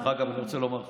דרך אגב, אני רוצה לומר לך: